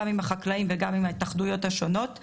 גם עם החקלאים וגם עם ההתאחדויות השונות.